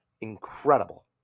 incredible